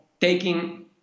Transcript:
taking